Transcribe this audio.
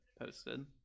posted